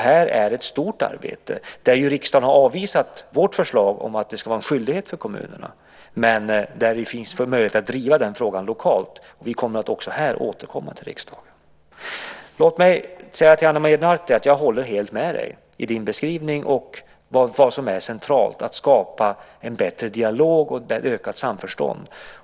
Här är ett stort arbete. Riksdagen har ju avvisat vårt förslag om att det ska vara en skyldighet för kommunerna, men vi får möjlighet att driva frågan lokalt. Vi kommer också i den frågan att återkomma till riksdagen. Låt mig säga till Ana Maria Narti att jag helt håller med om hennes beskrivning och om vad som är centralt, att skapa en bättre dialog och ett ökat samförstånd.